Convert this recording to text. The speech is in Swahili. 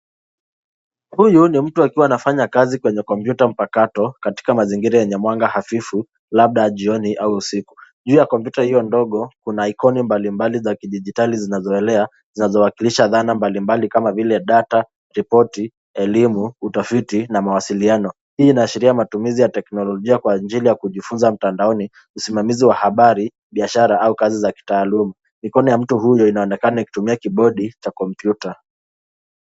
Huyu ni mtu akiwa anafanya kazi kwenye kompyuta mpakato katika mazingira yenye mwanga hafifu labda ya jioni au usiku. Juu ya kompyuta iyo ndogo kuna ikoni mbalimbali za kidijitali zinazo elea zinazo wakilisha dhana mbalimbali kama vile data, ripoti, elimu, utafiti na mawasiliano. Hii ina ashiria matumizi ya teknolojia kwa ajili ya kujifunza mtandaoni, usimamizi wa habari, biashara au kazi za kitaaluma. Mikono ya mtu huyo inaonekana ikitumia kibodi cha kompyuta.